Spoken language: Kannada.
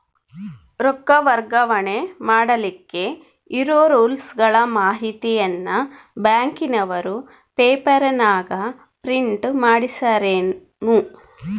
ರೊಕ್ಕ ವರ್ಗಾವಣೆ ಮಾಡಿಲಿಕ್ಕೆ ಇರೋ ರೂಲ್ಸುಗಳ ಮಾಹಿತಿಯನ್ನ ಬ್ಯಾಂಕಿನವರು ಪೇಪರನಾಗ ಪ್ರಿಂಟ್ ಮಾಡಿಸ್ಯಾರೇನು?